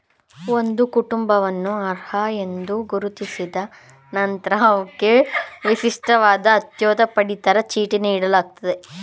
ಒಂದು ಕುಟುಂಬವನ್ನು ಅರ್ಹ ಎಂದು ಗುರುತಿಸಿದ ನಂತ್ರ ಅವ್ರಿಗೆ ವಿಶಿಷ್ಟವಾದ ಅಂತ್ಯೋದಯ ಪಡಿತರ ಚೀಟಿ ನೀಡಲಾಗ್ತದೆ